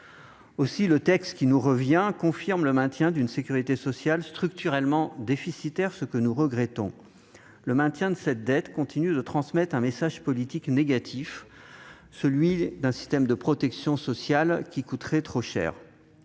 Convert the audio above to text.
Aussi, le texte qui nous revient confirme le maintien d'une sécurité sociale structurellement déficitaire, ce que nous regrettons. Le maintien de cette dette continue de transmettre un message politique négatif, celui d'un système de protection sociale qui coûterait trop cher.